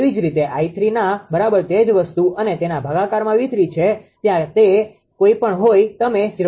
તેવી જ રીતે 𝑖3 ના બરાબર તે જ વસ્તુ અને તેના ભાગાકારમાં છે ત્યાં તે કઈ પણ હોઈ તમે 0